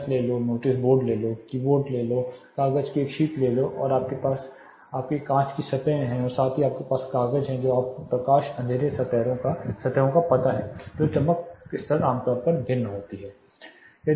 छत ले लो नोटिस बोर्ड ले लो कीबोर्ड ले लो कागज की एक शीट ले लो और आपके पास आपकी कांच की सतहें हैं और साथ ही आपके पास कागज हैं जो आपको प्रकाश अंधेरे सतहों का पता है जहां आपके चमक स्तर आमतौर पर भिन्न होते हैं